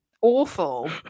awful